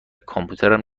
کامپیوترم